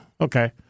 Okay